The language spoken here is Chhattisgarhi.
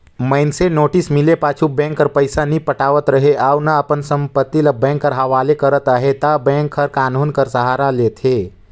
मइनसे नोटिस मिले पाछू बेंक कर पइसा नी पटावत रहें अउ ना अपन संपत्ति ल बेंक कर हवाले करत अहे ता बेंक कान्हून कर सहारा लेथे